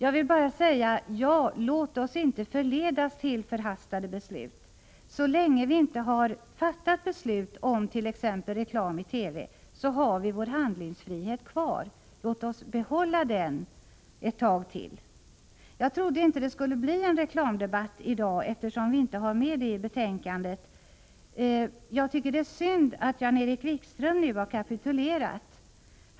Jag vill bara säga: Ja, låt oss inte förledas till förhastade beslut. Så länge vi inte har fattat beslut om t.ex. reklam i TV, har vi vår handlingsfrihet kvar. Låt oss behålla den ett tag till! Jag trodde inte det skulle bli en reklamdebatt i dag, eftersom vi inte har med frågan om reklam i betänkandet. Jag tycker det är synd att Jan-Erik Wikström nu har kapitulerat.